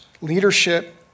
Leadership